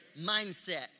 mindset